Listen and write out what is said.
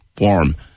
warm